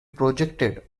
projected